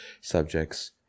subjects